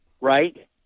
Right